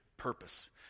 purpose